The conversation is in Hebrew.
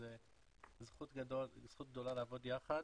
זו זכות גדולה לעבוד יחד.